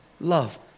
love